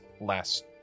last